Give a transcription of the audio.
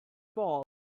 ball